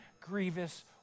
grievous